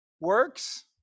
works